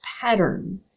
pattern